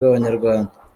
bw’abanyarwanda